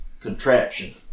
contraption